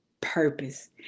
purpose